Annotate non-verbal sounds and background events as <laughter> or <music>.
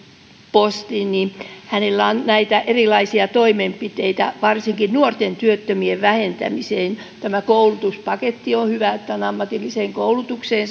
postiin niin hänellä on näitä erilaisia toimenpiteitä varsinkin nuorten työttömien vähentämiseen tämä koulutuspaketti on on hyvä että on ammatilliseen koulutukseen <unintelligible>